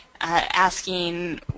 asking